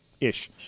ish